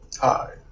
Hi